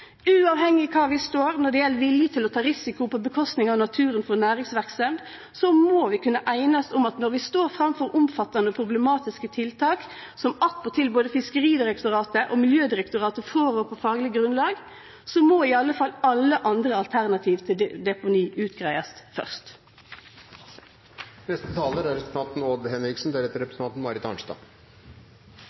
Uavhengig av kvar vi står når det gjeld vilje til å ta risiko som rammar naturen til fordel for næringsverksemd, må vi kunne einast om at når vi står framfor omfattande problematiske tiltak, som attpåtil både Fiskeridirektoratet og Miljødirektoratet rår frå på fagleg grunnlag, må iallfall alle andre alternativ til deponi utgreiast først.